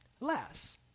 less